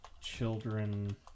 Children